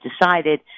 decided